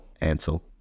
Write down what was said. Ansel